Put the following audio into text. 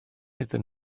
iddyn